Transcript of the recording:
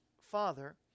father